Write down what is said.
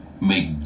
make